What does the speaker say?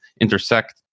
intersect